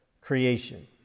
creation